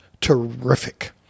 terrific